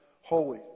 holy